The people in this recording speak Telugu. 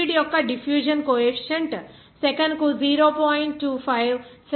లిక్విడ్ యొక్క డిఫ్యూషన్ కోఎఫీసియంట్ సెకనుకు 0